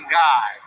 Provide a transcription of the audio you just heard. guy